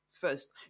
first